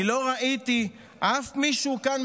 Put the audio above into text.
אני לא ראיתי אף מישהו כאן,